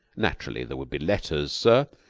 naturally, there would be letters, sir.